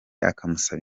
akamusaba